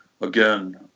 again